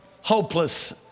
hopeless